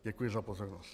Děkuji za pozornost.